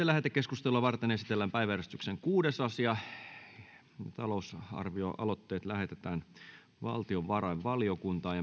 lähetekeskustelua varten esitellään päiväjärjestyksen kuudes asia talousarvioaloitteet lähetetään valtiovarainvaliokuntaan